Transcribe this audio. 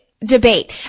debate